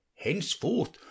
Henceforth